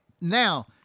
Now